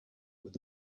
with